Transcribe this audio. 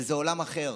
וזה עולם אחר,